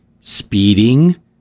speeding